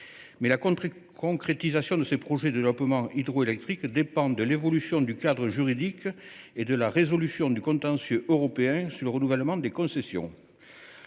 Mais la concrétisation de ces projets hydroélectriques dépend de l’évolution du cadre juridique et de la résolution du contentieux européen relatif au renouvellement des concessions.